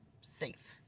safe